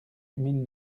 mille